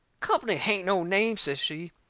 company hain't no name, says she.